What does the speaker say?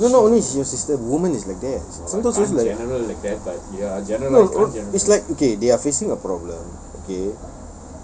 no not only your sister women is like that no it's like okay they are facing a problem okay